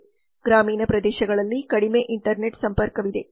ಗ್ರಾಮೀಣ ಪ್ರದೇಶಗಳಲ್ಲಿ ಕಡಿಮೆ ಇಂಟರ್ನೆಟ್ ಸಂಪರ್ಕವಿದೆ